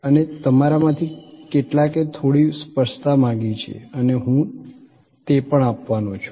અને તમારામાંથી કેટલાકે થોડી સ્પષ્ટતા માંગી છે અને હું તે પણ આપવાનો છું